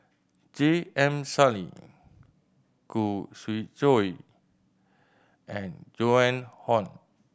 J M Sali Khoo Swee Chiow and Joan Hon